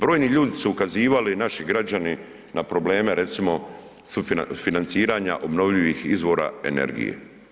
Brojni ljudi su ukazivali, naši građani, na probleme recimo financiranja obnovljivih izvora energije.